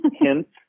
hints